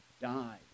died